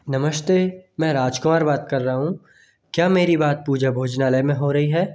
नमस्ते मैं राजकुमार बात कर रहा हूँ क्या मेरी बात पूजा भोजनालय में हो रही है